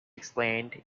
explained